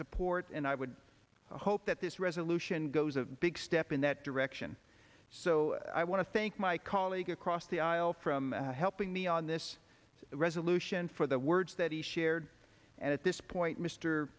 support and i would hope that this resolution goes a big step in that direction so i want to thank my colleague across the aisle from helping me on this resolution for the words that he shared and at this point mr